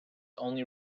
only